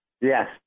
Yes